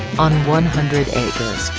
on one hundred acres,